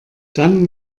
dann